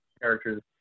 characters